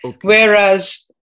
whereas